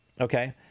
okay